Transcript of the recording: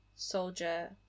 soldier